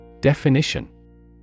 Definition